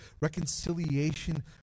reconciliation